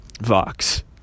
vox